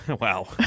Wow